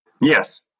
Yes